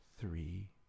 three